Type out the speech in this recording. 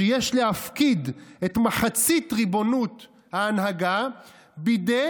שיש להפקיד את מחצית ריבונות ההנהגה בידי